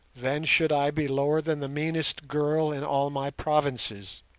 then should i be lower than the meanest girl in all my provinces.